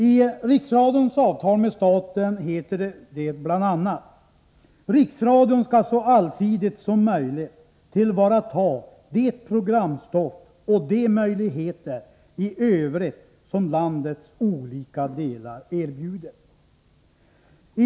I Riksradions avtal med staten heter det bl.a.: Riksradion skall så allsidigt som möjligt tillvarata det programstoff och de möjligheter i övrigt som landets olika delar erbjuder.